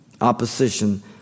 Opposition